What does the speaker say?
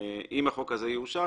אם החוק הזה יאושר,